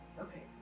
Okay